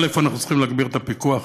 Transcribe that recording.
אנחנו צריכים להגביר את הפיקוח,